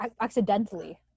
accidentally